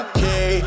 Okay